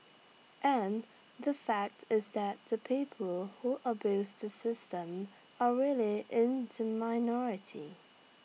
and the fact is that the people who abuse the system are really in the minority